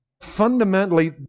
Fundamentally